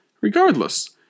Regardless